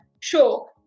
show